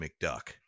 McDuck